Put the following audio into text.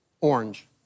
orange